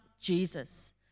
Jesus